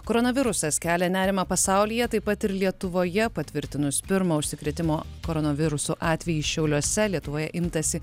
koronavirusas kelia nerimą pasaulyje taip pat ir lietuvoje patvirtinus pirmą užsikrėtimo koronavirusu atvejį šiauliuose lietuvoje imtasi